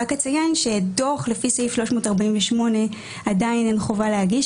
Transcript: רק אציין שדוח לפי סעיף 348 עדיין אין חובה להגיש